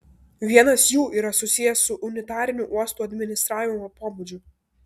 vienas jų yra susijęs su unitariniu uostų administravimo pobūdžiu